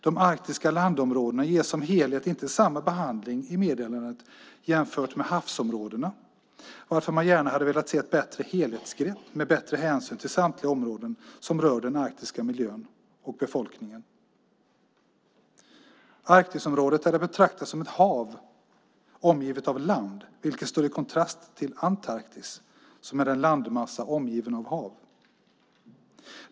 De arktiska landområdena ges som helhet inte samma behandling i meddelandet som havsområdena, varför man gärna hade velat se ett bättre helhetsgrepp med bättre hänsyn till samtliga områden som rör den arktiska miljön och befolkningen. Arktisområdet är att betrakta som ett hav omgivet av land, vilket står i kontrast till Antarktis som är en landmassa omgiven av hav.